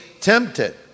tempted